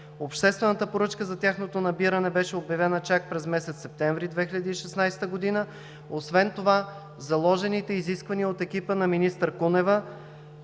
Обществената поръчка за тяхното набиране беше обявена чак през месец септември 2016 г. Освен това, заложените изисквания от екипа на министър Кунева